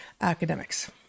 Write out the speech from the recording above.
academics